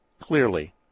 clearly